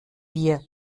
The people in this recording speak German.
wir